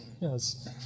Yes